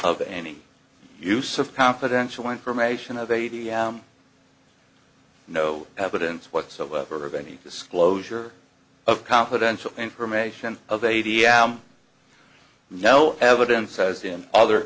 of any use of confidential information of a t m no evidence whatsoever of any disclosure of confidential information of a t m no evidence says in other